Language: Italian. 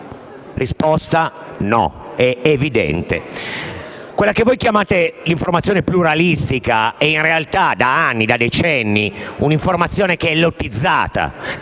risposta è no, è evidente. Quella che voi chiamate informazione pluralistica è in realtà, da decenni, una informazione lottizzata,